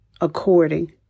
according